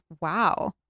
wow